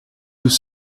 nous